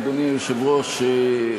אדוני היושב-ראש,